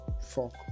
fuck